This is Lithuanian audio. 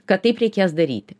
kad taip reikės daryti